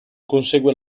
consegue